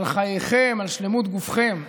על חייכם, על שלמות גופכם.